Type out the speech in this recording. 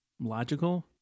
logical